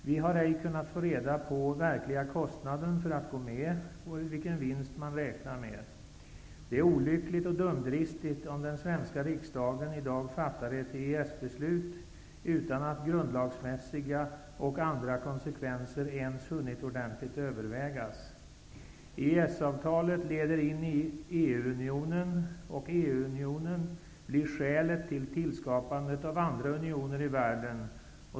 Vi har ej kunnat få reda på den verkliga kostnaden för att gå med och vilken vinst man räknar med. Det är olyckligt och dumdristigt om den svenska riksdagen i dag fattar beslut om att anta EES-avtalet, utan att grundlagsmässiga och andra konsekvenser ens hunnit ordentligt övervägas. EES-avtalet leder in i Europeiska unionen, och Europeiska unionen blir skälet till tillskapandet av andra unioner i världen.